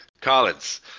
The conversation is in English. Collins